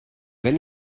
wenn